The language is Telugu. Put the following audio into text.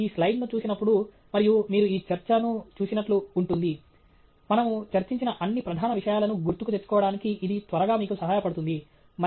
కాబట్టి మీరు ఈ స్లయిడ్ను చూసినప్పుడు మరియు మీరు ఈ చర్చను చూసినట్లు ఉంటుంది మనము చర్చించిన అన్ని ప్రధాన విషయాలను గుర్తుకు తెచ్చుకోవడానికి ఇది త్వరగా మీకు సహాయపడుతుంది